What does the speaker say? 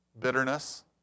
Bitterness